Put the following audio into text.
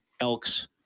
Elks